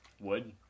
Wood